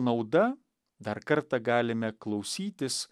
nauda dar kartą galime klausytis